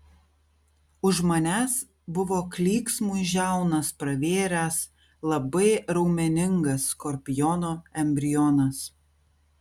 už manęs buvo klyksmui žiaunas pravėręs labai raumeningas skorpiono embrionas